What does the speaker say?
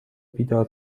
بیدار